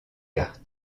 cartes